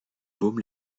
baume